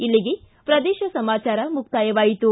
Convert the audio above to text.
ಇಲ್ಲಿಗೆ ಪ್ರದೇಶ ಸಮಾಚಾರ ಮುಕ್ತಾಯವಾಯಿತು